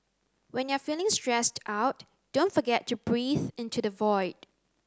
when you are feeling stressed out don't forget to breathe into the void